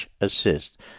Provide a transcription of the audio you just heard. assist